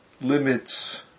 limits